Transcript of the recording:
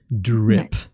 drip